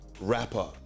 rapper